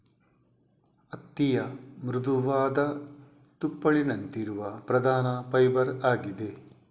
ಹತ್ತಿಯ ಮೃದುವಾದ ತುಪ್ಪಳಿನಂತಿರುವ ಪ್ರಧಾನ ಫೈಬರ್ ಆಗಿದೆ